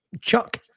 chuck